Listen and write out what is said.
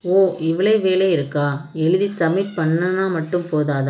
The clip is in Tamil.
ஓ இவ்வளே வேலை இருக்கா எழுதி சப்மீட் பண்ணுனால் மட்டும் போதாதா